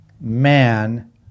man